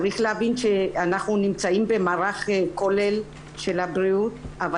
צריך להבין שאנחנו נמצאים במערך כולל של הבריאות אבל